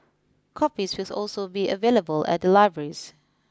copies was also be available at the libraries